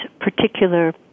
particular